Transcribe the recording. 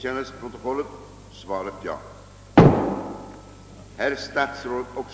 Herr talman!